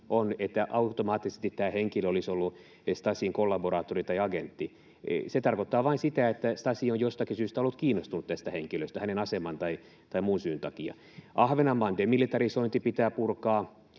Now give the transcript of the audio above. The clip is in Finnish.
on, että automaattisesti tämä henkilö olisi ollut Stasin kollaboraattori tai agentti. Se tarkoittaa vain sitä, että Stasi on jostakin syystä ollut kiinnostunut tästä henkilöstä hänen asemansa tai muun syyn takia. Ahvenanmaan demilitarisointi pitää purkaa.